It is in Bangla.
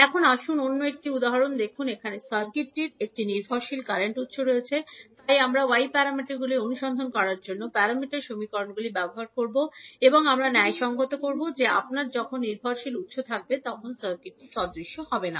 এখন আসুন অন্য একটি উদাহরণটি দেখুন এখানে সার্কিটটির একটি নির্ভরশীল কারেন্ট উত্স রয়েছে তাই আমরা y প্যারামিটারগুলি অনুসন্ধান করার জন্য প্যারামিটার সমীকরণগুলি ব্যবহার করব এবং আমরা ন্যায়সঙ্গত করব যে আপনার যখন নির্ভরশীল উত্স থাকবে তখন সার্কিটটি সদৃশ হবে না